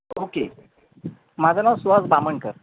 okay माझं नाव सुहास बामणकर